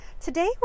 Today